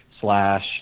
slash